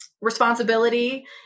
responsibility